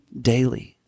daily